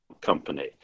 company